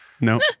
No